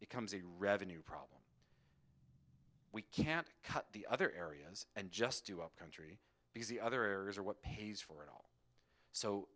becomes a revenue problem we can't cut the other areas and just do a country because the other areas are what pays for it all so